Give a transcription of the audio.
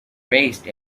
raced